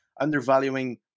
undervaluing